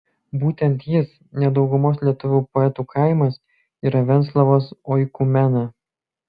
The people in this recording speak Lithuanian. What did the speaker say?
būtent jis ne daugumos lietuvių poetų kaimas yra venclovos oikumena